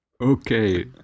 okay